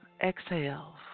Exhale